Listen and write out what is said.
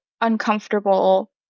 uncomfortable